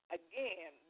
again